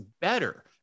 better